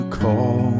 call